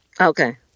Okay